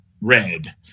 red